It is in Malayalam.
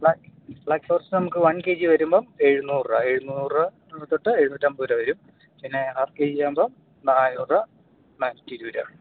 ബ്ലാക്ക് ബ്ലാക്ക് ഫോറസ്റ്റ് നമുക്ക് വൺ കെ ജി വരുമ്പം എഴുന്നൂറ് രൂപ എഴുന്നൂറ് തൊട്ട് എഴുന്നൂറ്റൻപത് രൂപ വരും പിന്നെ ഹാഫ് കെ ജി ആകുമ്പോൾ നാന്നൂറ് രൂപ നാന്നൂറ്റി ഇരുപത് രൂപ ആകും